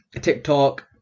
TikTok